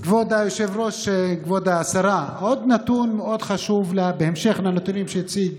כבוד היושב-ראש, כבוד השרה, בהמשך לנתונים שהציג